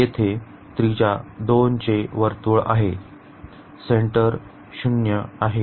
येथे त्रिजा 2 चे वर्तुळ आहे सेन्टर 0 आहे